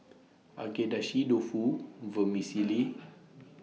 Agedashi Dofu Vermicelli